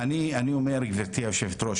גבירתי היושבת-ראש,